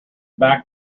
back